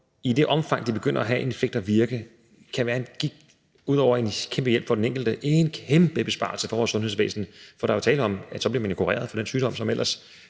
i det omfang, de begynder at have en effekt og virke, ud over at være en kæmpe hjælp for den enkelte kan være en kæmpe besparelse for vores sundhedsvæsen, for der er jo tale om, at man så bliver kureret for den sygdom, som ellers